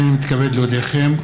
הנני מתכבד להודיעכם,